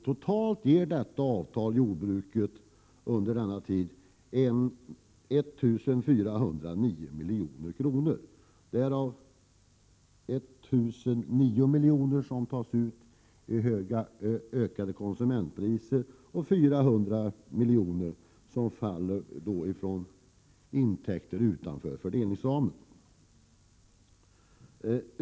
Totalt ger detta jordbruket under denna tid 1 409 milj.kr., varav 1 009 miljoner som tas ut i ökade konsumentpriser och 400 miljoner som kommer från intäkter utanför fördelningsramen.